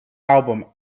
album